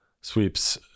sweeps